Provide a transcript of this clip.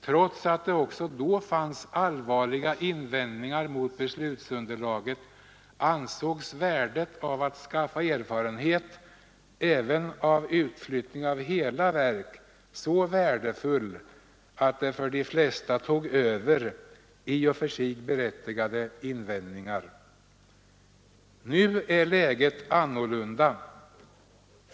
Trots att det också då fanns allvarliga invändningar mot beslutsunderlaget ansågs värdet av att skaffa erfarenhet även av utflyttning av hela verk så värdefull att det för de flesta tog över i och för sig berättigade invändningar. Nu är läget annorlunda.